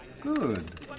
Good